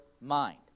mind